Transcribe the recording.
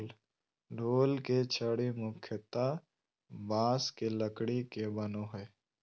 ढोल के छड़ी मुख्यतः बाँस के लकड़ी के बनो हइ